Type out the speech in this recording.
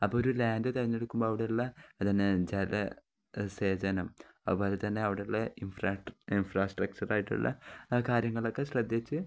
അപ്പോള് ഒരു ലാൻഡ് തെരഞ്ഞെടുക്കുമ്പോള് അവിടുള്ള തന്നെ ജല സേചനം അതുപോലെ തന്നെ അവിടുള്ള ഇൻഫ്രാസ്ട്രക്ചറായിട്ടുള്ള കാര്യങ്ങളൊക്കെ ശ്രദ്ധിച്ച്